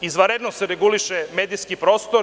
Izvanredno se reguliše medijski prostor.